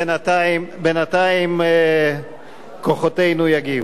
שבינתיים, בינתיים, כוחותינו יגיעו.